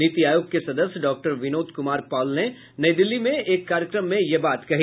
नीति आयोग के सदस्य डॉक्टर विनोद कुमार पॉल ने नयी दिल्ली में एक कार्यक्रम में यह बात कही